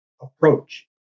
approach